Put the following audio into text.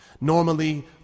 Normally